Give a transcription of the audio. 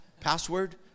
Password